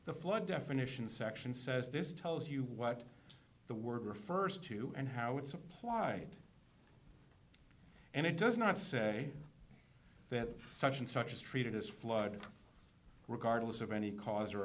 the flood definition section says this tells you what the word refers to and how it's applied and it does not say that such and such is treated as flood regardless of any cause or